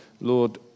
Lord